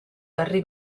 herri